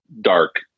dark